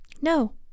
no